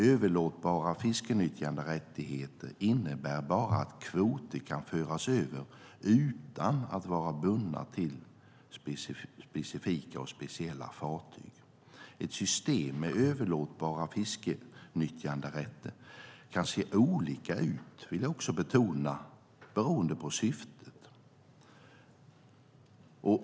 Överlåtbara fiskenyttjanderättigheter innebär bara att kvoter kan föras över utan att vara bundna till specifika och speciella fartyg. Ett system med överlåtbara fiskenyttjanderätter kan också se olika ut beroende på syfte; det vill jag betona.